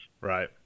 Right